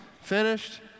finished